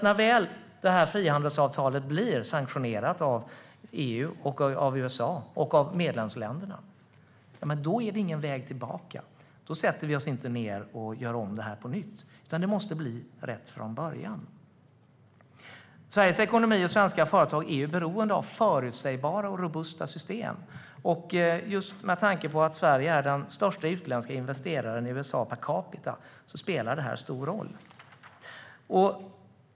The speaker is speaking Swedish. När frihandelsavtalet väl blir sanktionerat av EU, USA och medlemsländerna finns det ingen väg tillbaka. Då sätter vi oss inte ned och gör om det hela på nytt, utan det måste bli rätt från början. Sveriges ekonomi och svenska företag är beroende av förutsägbara och robusta system. Med tanke på att Sverige är den största utländska investeraren i USA per capita spelar detta stor roll.